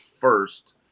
first